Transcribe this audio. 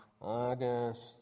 August